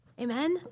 Amen